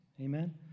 Amen